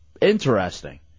interesting